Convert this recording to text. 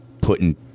putting